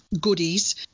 goodies